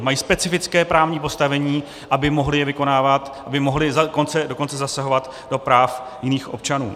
Mají specifické právní postavení, aby je mohli vykonávat, aby mohli dokonce zasahovat do práv jiných občanů.